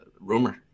rumor